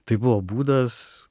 tai buvo būdas